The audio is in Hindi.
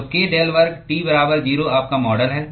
तो k डेल वर्ग T बराबर 0 आपका मॉडल है